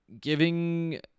Giving